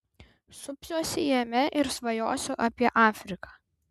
supsiuosi jame ir svajosiu apie afriką